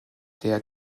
der